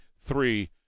three